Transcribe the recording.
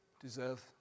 deserve